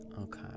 Okay